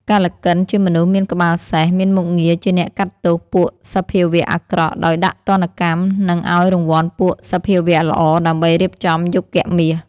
កល្កិនជាមនុស្សមានក្បាលសេះ មានមុខងារជាអ្នកកាត់ទោសពួកសភាវៈអាក្រក់ ដោយដាក់ទណ្ឌកម្ម និងឱ្យរង្វាន់ពួកសភាវៈល្អដើម្បីរៀបចំយុគមាស។